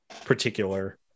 particular